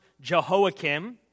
Jehoiakim